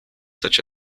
such